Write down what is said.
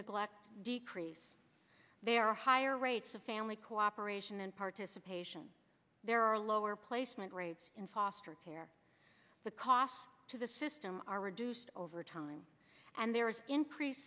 neglect decrease there are higher rates of family cooperation and participation there are lower placement rates in foster care the costs to the system are reduced over time and there is increased